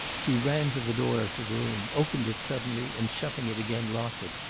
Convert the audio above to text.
he ran to the door of the room, opened it suddenly, and, shutting it again, locked it.